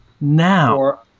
Now